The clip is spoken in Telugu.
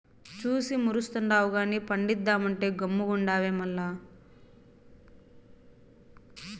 చూసి మురుస్తుండావు గానీ పండిద్దామంటే గమ్మునుండావే మల్ల